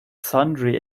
sundry